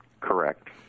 Correct